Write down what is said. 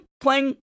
playing